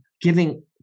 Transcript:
giving